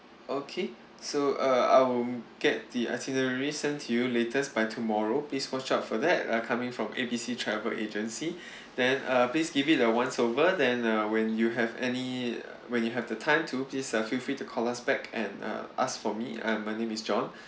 okay so uh I'll get the itinerary sent to you latest by tomorrow please watch out for that we are coming from A B C travel agency then uh please give it a once over then uh when you have any when you have the time to please uh feel free to call us back and uh ask for me I'm my name is john